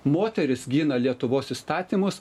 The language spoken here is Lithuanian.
moterys gina lietuvos įstatymus